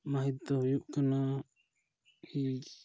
ᱢᱟᱹᱦᱤᱛ ᱫᱚ ᱦᱩᱭᱩᱜ ᱠᱟᱱᱟ